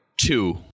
Two